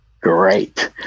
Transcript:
great